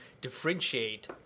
differentiate